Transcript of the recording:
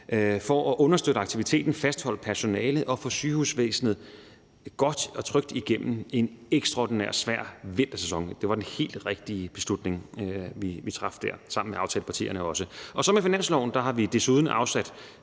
for at understøtte aktiviteten, fastholde personalet og få sygehusvæsenet godt og trygt igennem en ekstraordinært svær vintersæson. Det var den helt rigtige beslutning, vi traf der sammen med aftalepartierne. Med finansloven har vi desuden afsat